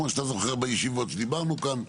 כמו שאתה זוכר בישיבות שדיברנו כאן.